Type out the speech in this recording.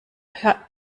hör